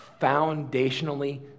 foundationally